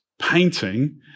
painting